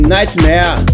Nightmare